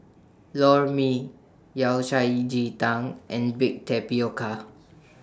Lor Mee Yao Cai Ji Tang and Baked Tapioca